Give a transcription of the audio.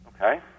Okay